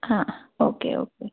ആ ആ okay okay